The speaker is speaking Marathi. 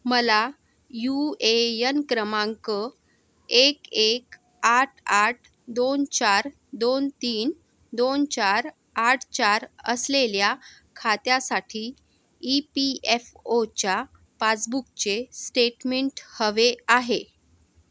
मला यू ए एन क्रमांक एक एक आठ आठ दोन चार दोन तीन दोन चार आठ चार असलेल्या खात्यासाठी ई पी एफ ओच्या पासबुकचे स्टेटमेंट हवे आहे